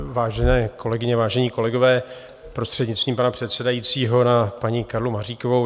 Vážené kolegyně, vážení kolegové, prostřednictvím pana předsedajícího na paní Karlu Maříkovou.